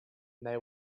they